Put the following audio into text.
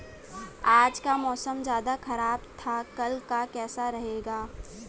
आज का मौसम ज्यादा ख़राब था कल का कैसा रहेगा?